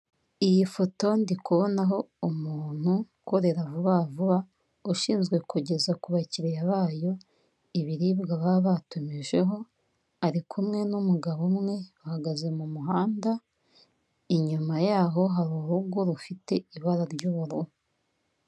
Iyi foto ndikubonaho umuntu ukorera vuba vuba, ushinzwe kugeza ku bakiriya bayo ibiribwa baba batumijeho, ari kumwe n'umugabo umwe, bahagaze mu muhanda, inyuma yaho hari urugo rufite ibara ry'ubururu.